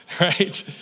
right